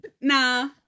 nah